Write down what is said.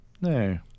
No